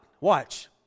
Watch